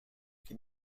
can